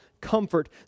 comfort